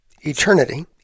Eternity